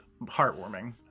heartwarming